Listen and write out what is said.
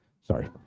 sorry